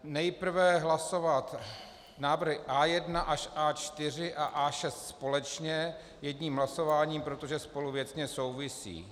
Nejprve hlasovat návrhy A1 až A4 a A6 společně jedním hlasováním, protože spolu věcně souvisí.